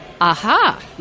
aha